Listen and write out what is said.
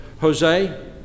Jose